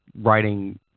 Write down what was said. writing